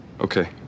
Okay